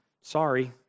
sorry